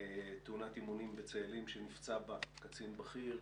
תאונת אימונים בצאלים בה נפצע קצין בכיר,